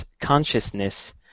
consciousness